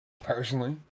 personally